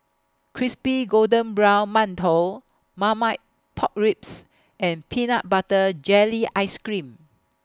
Crispy Golden Brown mantou Marmite Pork Ribs and Peanut Butter Jelly Ice Cream